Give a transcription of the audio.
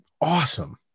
awesome